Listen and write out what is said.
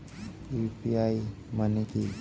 UPI মানে কি?